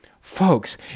Folks